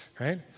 right